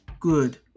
good